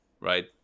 right